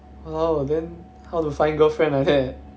!walao! then how to find girlfriend like that